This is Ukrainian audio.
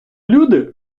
люди